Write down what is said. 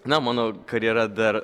na mano karjera dar